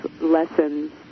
lessons